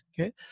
Okay